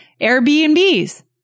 Airbnb's